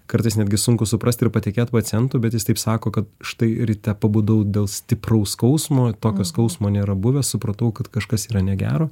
kartais netgi sunku suprast ir patikėt pacientu bet jis taip sako kad štai ryte pabudau dėl stipraus skausmo tokio skausmo nėra buvę supratau kad kažkas yra negero